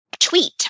tweet